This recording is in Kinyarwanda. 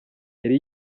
yari